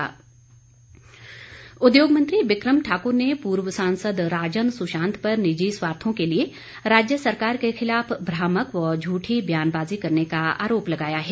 बिक्रम सिंह उद्योग मंत्री बिकम ठाक्र ने पूर्व सांसद राजन सुशांत पर निजी स्वार्थों के लिए राज्य सरकार के खिलाफ भ्रामक व झूठी बयानबाजी करने का आरोप लगाया है